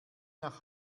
nach